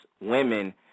women